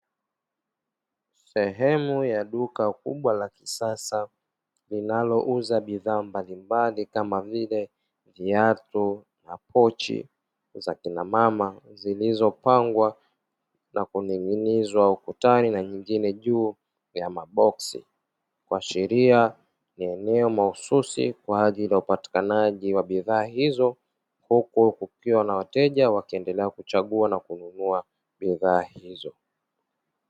Sehemu ya duka kubwa la kisasa linalouza bidhaa mbalimbali, kama vile viatu na pochi za kina mama zilizopangwa na kuning'inizwa ukutani na nyingine juu ya maboksi, kuashiria ni eneo mahususi kwa ajili ya upatikanaji wa bidhaa hizo, huku kukiwa na wateja wakiendelea kuchagua na kununua bidhaa hizo.